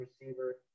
receiver